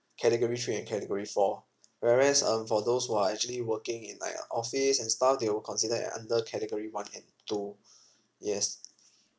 category three and category four whereas um for those who are actually working in like an office and stuff they will consider it under category one and two yes